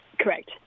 Correct